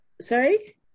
sorry